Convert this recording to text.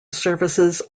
services